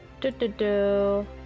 Do-do-do